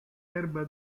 erba